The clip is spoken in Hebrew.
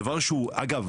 אגב,